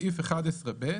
הצבעה סעיף 1 אושר.